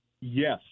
Yes